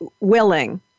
willing